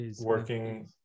Working